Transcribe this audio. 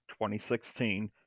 2016